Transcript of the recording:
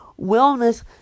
wellness